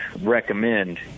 recommend